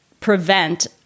prevent